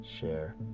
share